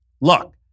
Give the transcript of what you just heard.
look